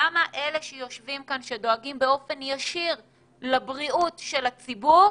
למה אלה שיושבים כאן ודואגים באופן ישיר לבריאות הציבור,